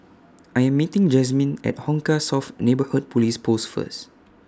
I Am meeting Jazmin At Hong Kah South Neighbourhood Police Post First